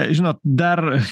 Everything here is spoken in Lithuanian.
žinot dar